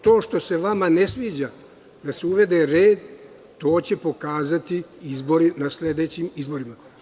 To što se vama ne sviđa da se uvede red, to će se pokazati na sledećim izborima.